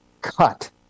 cut